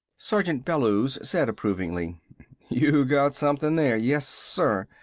sergeant bellews said approvingly you got something there! yes, sir!